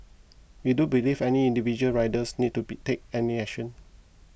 we do believe any individual riders need to be take any action